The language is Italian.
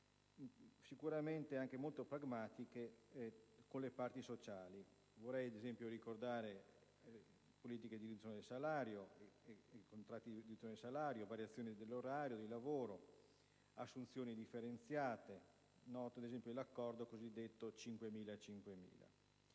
sicuramente anche molto pragmatiche con le parti sociali. Vorrei, ad esempio, ricordare le politiche di riduzione del salario, con i contratti di riduzione di salario, la variazione dell'orario di lavoro, le assunzioni differenziate, vedi l'accordo cosiddetto 5000-5000.